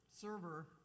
server